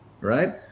right